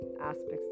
aspects